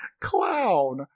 Clown